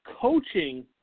coaching